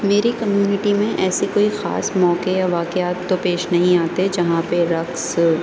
میری کمیونٹی میں ایسی کوئی خاص موقعے یا واقعات تو پیش نہیں آتے جہاں پہ رقص